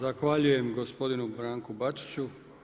Zahvaljujem gospodinu Branku Bačiću.